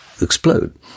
explode